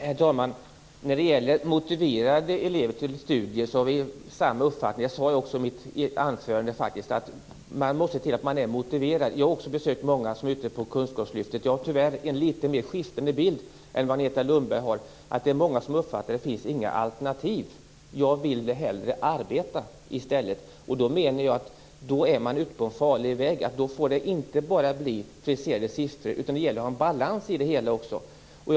Herr talman! När det gäller detta med elever som är motiverade att studera har vi samma uppfattning. Jag sade faktiskt i mitt huvudanförande att man måste se till att människor är motiverade. Jag har också besökt många som finns inom ramen för kunskapslyftet och har, tyvärr, en litet mera skiftande bild än Agneta Lundberg. Det är många som menar att det inte finns något alternativ. Därför säger man: Jag vill hellre arbeta. Jag menar att man är inne på en farlig väg. Det får inte bara handla om friserade siffror, utan det gäller att också ha en balans i det hela.